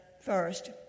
first